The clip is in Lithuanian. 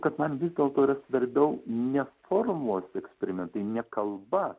kad man vis dėlto yra svarbiau ne formos eksperimentai ne kalba